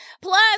plus